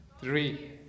three